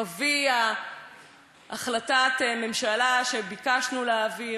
הוא אבי החלטת ממשלה שביקשנו להעביר